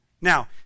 Now